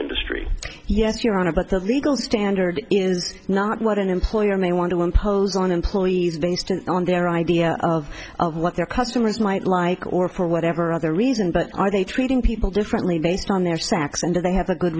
industry yes your honor but the legal standard is not what an employer may want to impose on employees based on their idea of what their customers might like or for whatever other reason but are they treating people differently based on their sacks and do they have a good